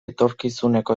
etorkizuneko